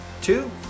Two